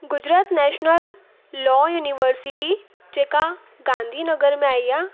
Gujarat national law university जेका Gandhinagar में आई आहे